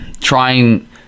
trying